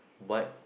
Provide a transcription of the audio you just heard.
what